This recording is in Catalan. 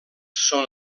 són